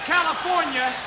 California